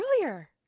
earlier